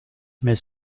mais